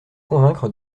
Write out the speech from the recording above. convaincre